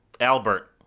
albert